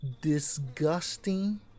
disgusting